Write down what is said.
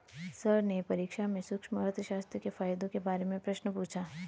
sir ने परीक्षा में सूक्ष्म अर्थशास्त्र के फायदों के बारे में प्रश्न पूछा